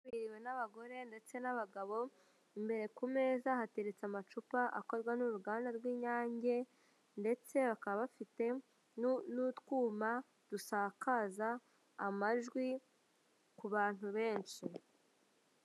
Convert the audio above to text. Ikwiriwe n'abagore ndetse n'abagabo, imbere ku meza hateretse amacupa akorwa n'uruganda rw'inyange, ndetse bakaba bafite n'utwuma dusakaza amajwi ku bantu benshi.